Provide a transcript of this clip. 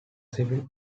civil